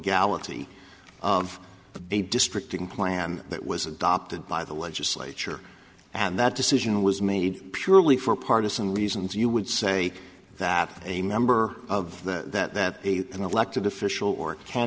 galaxy of a district in plan that was adopted by the legislature and that decision was made purely for partisan reasons you would say that a member of the that that an elected official or